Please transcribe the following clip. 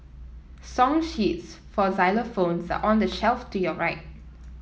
song sheets for xylophones are on the shelf to your right